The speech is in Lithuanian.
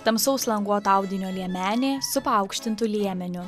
tamsaus languoto audinio liemenė su paaukštintu liemeniu